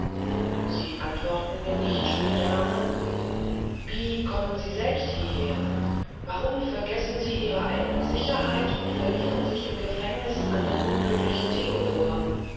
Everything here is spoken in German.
sie antworten mir nicht schöne dame wie kommen sie selbst hieher warum vergessen sie ihrer eignen sicherheit und verlieren sich im gedächtniß an den unglücklichen theodor